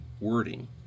wording